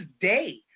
day